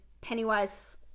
Pennywise